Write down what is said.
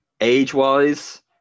age-wise